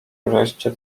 wreszcie